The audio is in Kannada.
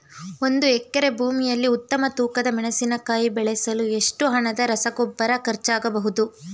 ಒಂದು ಎಕರೆ ಭೂಮಿಯಲ್ಲಿ ಉತ್ತಮ ತೂಕದ ಮೆಣಸಿನಕಾಯಿ ಬೆಳೆಸಲು ಎಷ್ಟು ಹಣದ ರಸಗೊಬ್ಬರ ಖರ್ಚಾಗಬಹುದು?